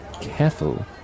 Careful